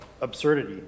absurdity